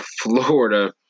Florida